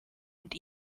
und